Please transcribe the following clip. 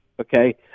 okay